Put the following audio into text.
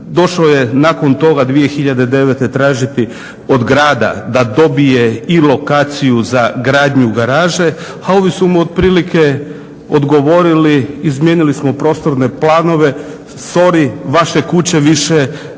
Došao je nakon toga 2009. tražiti od grada da dobije i lokaciju za gradnju garaže, a ovi su mu otprilike odgovorili, izmijenili smo prostorne planove, sory vaše kuće više nama.